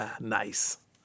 Nice